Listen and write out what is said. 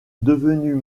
devenus